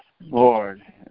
Lord